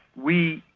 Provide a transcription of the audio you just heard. we,